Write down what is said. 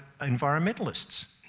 environmentalists